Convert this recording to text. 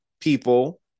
people